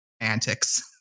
antics